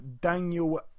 Daniel